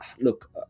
look